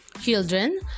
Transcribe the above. Children